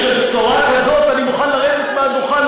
בשביל בשורה כזאת אני מוכן לרדת מהדוכן,